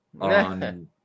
on